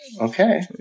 okay